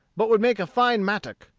but twould make a fine mattock.